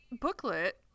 booklet